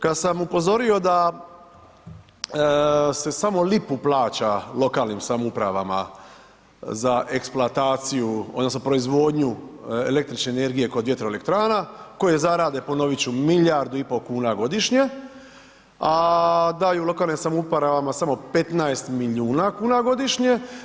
Kada sam upozorio, da se samo u lipu plaća lokalnim samoupravama, za eksploataciju, odnosno, proizvodnju električne energije, kod vjetroelektrana, koje zarade, ponoviti ću, milijardu i pol kuna godišnje, a daju lokalne samoupravama samo 15 milijuna kuna godišnje.